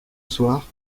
soir